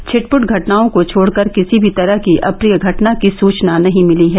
छिटपुट घटनाओं को छोड़कर किसी भी तरह की अप्रिय घटना की सूचना नही मिली है